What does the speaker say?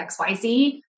XYZ